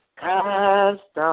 cast